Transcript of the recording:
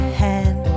hand